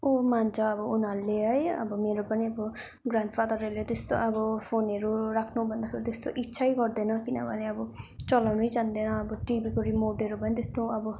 उ मान्छ अब उनीहरूले है अब मेरो पनि अब ग्रान्डफादरहरूले त्यस्तो अब फोनहरू राख्नु भन्दाखेरि त्यस्तो इच्छै गर्दैन किनभने अब चलाउनै जान्दैन अब टिभीको रिमोटहरू पनि त्यस्तो अब